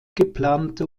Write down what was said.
geplante